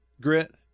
grit